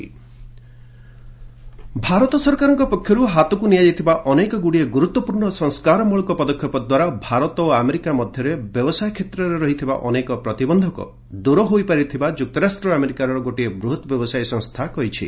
US India corporate Bharat ସରକାରଙ୍କ ପକ୍ଷରୁ ହାତକୁ ନିଆଯାଇଥିବା ଅନେକଗୁଡ଼ିଏ ଗୁରୁତ୍ୱପୂର୍ଣ୍ଣ ସଂସ୍କାରମୂଳକ ପଦକ୍ଷେପ ଦ୍ୱାରା ଭାରତ ଓ ଆମେରିକା ମଧ୍ୟରେ ବ୍ୟବସାୟ କ୍ଷେତ୍ରରେ ରହିଥିବା ଅନେକ ପ୍ରତିବନ୍ଧକ ଦୂର ହୋଇପାରିଥିବା ଯୁକ୍ତରାଷ୍ଟ୍ର ଆମେରିକାର ଗୋଟିଏ ବୃହତ ବ୍ୟବସାୟ ସଂସ୍ଥା କହିଛି